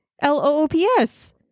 L-O-O-P-S